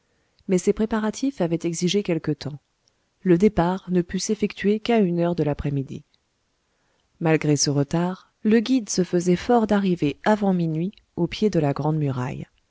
mais ces préparatifs avaient exigé quelque temps le départ ne put s'effectuer qu'à une heure de l'après-midi malgré ce retard le guide se faisait fort d'arriver avant minuit au pied de la